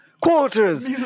Quarters